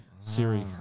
Siri